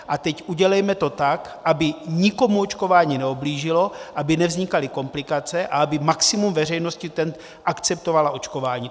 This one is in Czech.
A teď, udělejme to tak, aby nikomu očkování neublížilo, aby nevznikaly komplikace a aby maximum veřejnosti akceptovalo očkování.